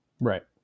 Right